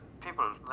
people